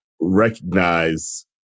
recognize